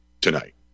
tonight